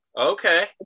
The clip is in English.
Okay